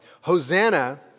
Hosanna